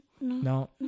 No